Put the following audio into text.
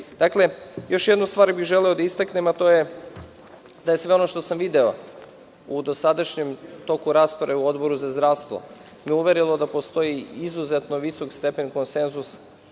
zemlje. Dakle, još jednu stvar bih želeo da istaknem, a to je da je sve ono što sam video u dosadašnjem toku rasprave u Odboru za zdravstvo me uverilo da postoji izuzetno visok stepen konsenzus